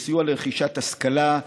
בסיוע לרכישת השכלה,